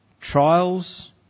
Trials